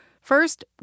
First